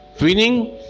winning